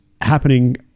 happening